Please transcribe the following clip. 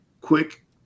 quick